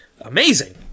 amazing